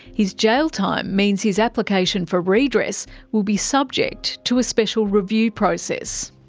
his jail time means his application for redress will be subject to a special review process.